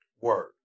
Word